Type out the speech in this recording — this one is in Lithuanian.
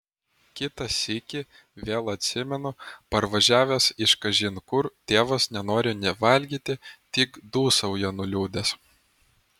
kitą sykį vėl atsimenu parvažiavęs iš kažin kur tėvas nenori nė valgyti tik dūsauja nuliūdęs